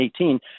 2018